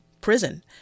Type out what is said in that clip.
prison